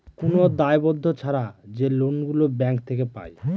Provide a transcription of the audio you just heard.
কোন দায়বদ্ধ ছাড়া যে লোন গুলো ব্যাঙ্ক থেকে পায়